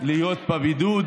להיות בבידוד.